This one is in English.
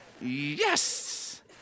yes